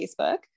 Facebook